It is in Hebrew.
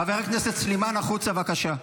חברת הכנסת סלימאן, החוצה, בבקשה.